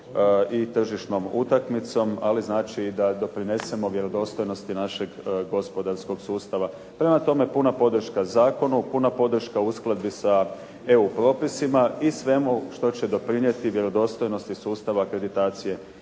i tržišnom utakmicom ali znači da doprinesemo vjerodostojnosti našeg gospodarskog sustava. Prema tome, puna podrška zakonu, puna podrška uskladbi sa EU propisima i svemu što će doprinijeti vjerodostojnosti sustava akreditacije